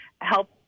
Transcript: help